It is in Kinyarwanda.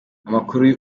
amakuru